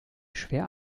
schwer